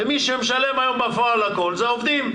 ומי שמשלם היום הכול בפועל זה העובדים,